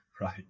Right